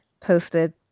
Posted